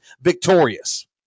victorious